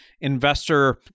investor